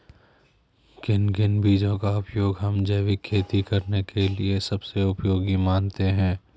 किन किन बीजों का उपयोग हम जैविक खेती करने के लिए सबसे उपयोगी मानते हैं?